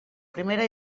primera